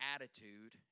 attitude